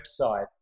website